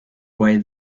way